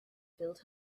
filled